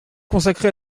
consacrer